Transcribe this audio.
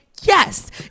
Yes